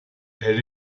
elle